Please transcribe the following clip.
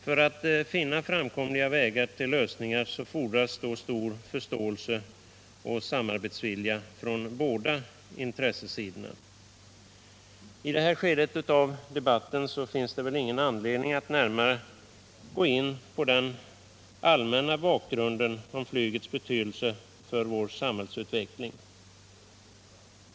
För att finna framkomliga vägar till lösningar fordras stor förståelse och samarbetsvilja från båda intressesidorna. I det här skedet av debatten finns det ingen anledning att närmare gå in på den allmänna bakgrunden om flygets betydelse för vår samhällsutveckling.